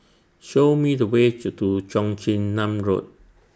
Show Me The Way to Do Cheong Chin Nam Road